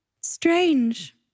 strange